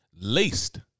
laced